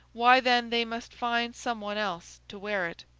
why then they must find some one else to wear it.